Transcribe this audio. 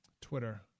twitter